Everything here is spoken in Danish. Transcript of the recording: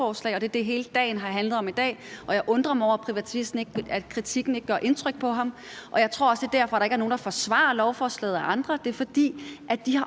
og det er det, hele dagen har handlet om i dag, og jeg undrer mig over, at kritikken ikke gør indtryk på privatisten. Jeg tror også, det er derfor, der ikke er nogen andre, der forsvarer lovforslaget. Det er, fordi de også har